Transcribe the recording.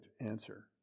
answer